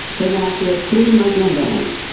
they've enacted three muslim bans.